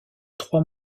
trois